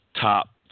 top